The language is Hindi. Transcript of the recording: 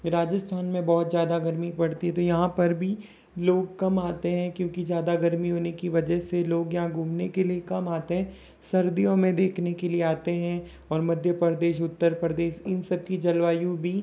राजस्थान में बहुत ज़्यादा गर्मी पड़ती है तो यहाँ पर भी लोग कम आते हैं क्योंकि ज़्यादा गर्मी होने की वजह से लोग यहाँ घूमने के लिए कम आते हैं सर्दियों में देखने के लिए आते हैं और मध्य प्रदेश उत्तर प्रदेश इन सब की जलवायु भी